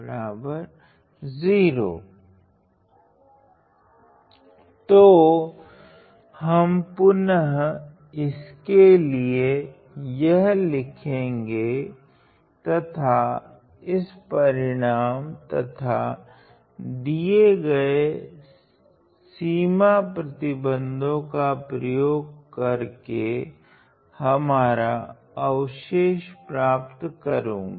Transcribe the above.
पर तो हम पुनः इसके लिए यह लिखेगे तथा इस परिणाम तथा दिए गए सीमा प्रतिबंधों का प्रयोग कर के हमारा अवशेष प्राप्त करुगा